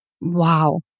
Wow